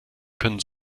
können